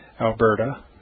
Alberta